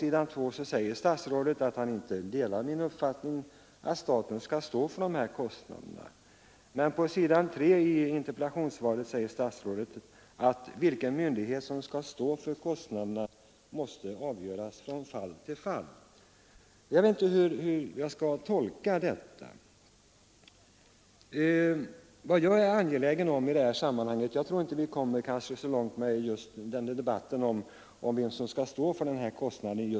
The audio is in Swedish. Statsrådet säger först att han inte delar min uppfattning att staten skall stå för kostnaden för familjevårdsverksamheten, men sedan säger han att vilken myndighet som skall stå för kostnaderna måste avgöras från fall till fall. Jag vet inte hur jag skall tolka dessa uttalanden. Jag tror inte att vi kommer så särskilt långt just i dag med en debatt om vem som skall stå för dessa kostnader.